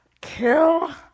kill